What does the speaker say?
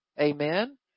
Amen